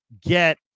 get